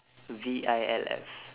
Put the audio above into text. V I L F